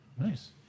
Nice